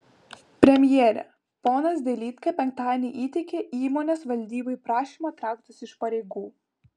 premjere ponas dailydka penktadienį įteikė įmonės valdybai prašymą trauktis iš pareigų